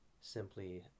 simply